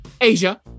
Asia